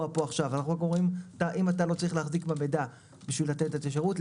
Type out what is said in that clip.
אם אתה לא צריך להחזיק במידע כדי לתת את השירות,